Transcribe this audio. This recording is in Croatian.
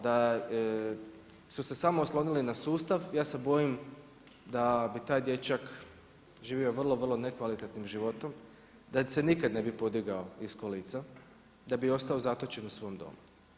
Da su se samo oslonili na sustav ja se bojim da bi taj dječak živio vrlo, vrlo nekvalitetnim životom, da se nikad ne bi podigao iz kolica, da bi ostao zatočen u svom domu.